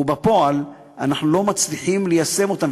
ובפועל אנחנו לא מצליחים ליישם אותם.